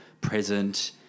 present